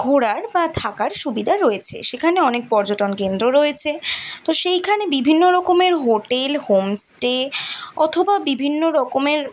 ঘোরার বা থাকার সুবিধা রয়েছে সেখানে অনেক পর্যটন কেন্দ্র রয়েছে তো সেইখানে বিভিন্ন রকমের হোটেল হোমস্টে অথবা বিভিন্ন রকমের